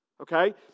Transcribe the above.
Okay